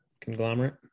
conglomerate